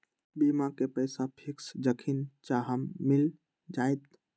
बीमा के पैसा फिक्स जखनि चाहम मिल जाएत?